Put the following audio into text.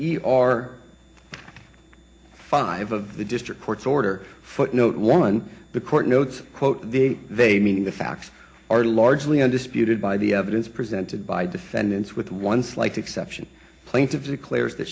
our five of the district court's order footnote one the court notes quote the they meaning the facts are largely undisputed by the evidence presented by defendants with one slight exception plaintive declares